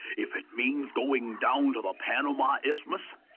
if it means going down to the panama isthmus!